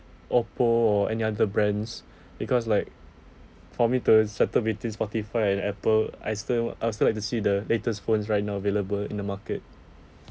oppo or any other brands because like for me to settle between spotify and apple I still uh still like to see the latest phones right now available in the market